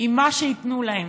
עם מה שייתנו להם,